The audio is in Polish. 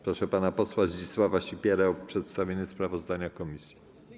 Proszę pana posła Zdzisława Sipierę o przedstawienie sprawozdania komisji.